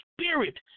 spirit